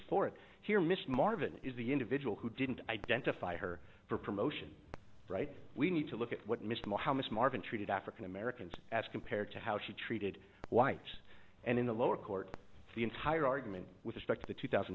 for it here miss marvin is the individual who didn't identify her for promotion right we need to look at what mr muhammad's marvin's treated african americans as compared to how she treated whites and in the lower court the entire argument with respect to the two thousand